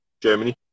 Germany